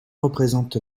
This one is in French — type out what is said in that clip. représente